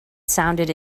sounded